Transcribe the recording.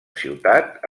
ciutat